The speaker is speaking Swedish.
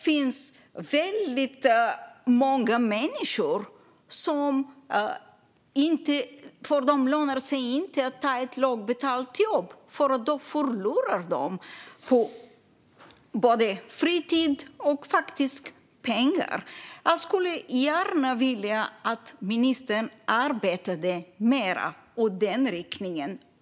För väldigt många människor lönar det sig inte att ta ett lågbetalt jobb, för då förlorar de både fritid och faktiskt pengar. Jag skulle gärna vilja att ministern arbetade mer också i den riktningen.